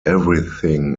everything